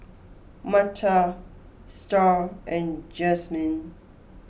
Martha Starr and Jazmin